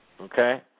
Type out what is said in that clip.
okay